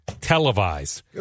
televised